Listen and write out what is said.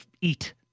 eat